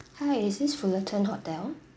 hi is this fullerton hotel